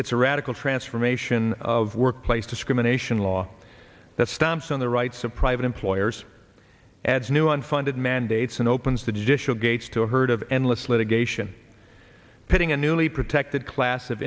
it's a radical transformation of workplace discrimination law that stomps on the rights of private employers adds new unfunded mandates and opens the judicial gates to a herd of endless litigation pitting a newly protected class of